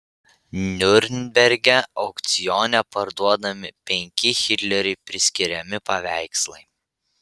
niurnberge aukcione parduodami penki hitleriui priskiriami paveikslai